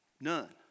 None